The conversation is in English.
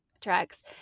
tracks